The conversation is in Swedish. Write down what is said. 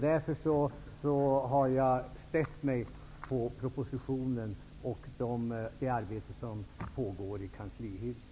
Därför har jag stött mig på propositionen och det arbete som pågår i kanslihuset.